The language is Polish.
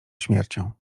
śmiercią